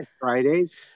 Fridays